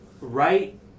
right